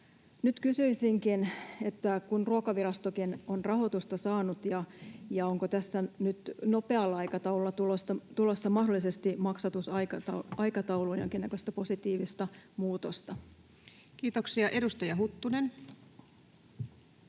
Nyt kysyisinkin, kun Ruokavirastokin on rahoitusta saanut: onko tässä nyt nopealla aikataululla mahdollisesti tulossa maksatusaikatauluun jonkinnäköistä positiivista muutosta? Kiitoksia. — Edustaja Huttunen.